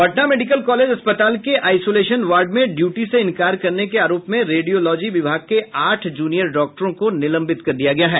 Patna medical college अस्पताल के isolation ward में ड्यूटी से इंकार करने के आरोप में रेडियोलॉजी विभाग के आठ जूनियर डॉक्टरों को निलंबित कर दिया गया है